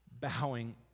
bowing